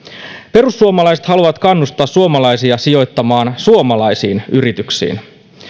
perussuomalaiset haluavat kannustaa suomalaisia sijoittamaan suomalaisiin yrityksiin